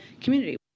community